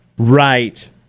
right